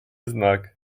znak